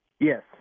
Yes